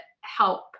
help